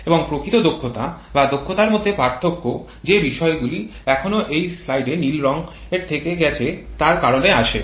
এবং প্রকৃত দক্ষতা বা দক্ষতার মধ্যে পার্থক্য যে বিষয়গুলি এখনও এই স্লাইডে নীল রঙের থেকে গেছে তার কারণে আসে